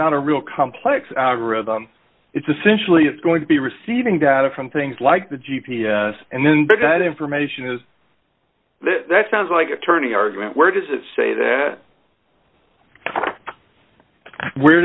not a real complex algorithm it's essentially it's going to be receiving data from things like the g p s and then that information is sounds like attorney argument where does it say that where